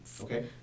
Okay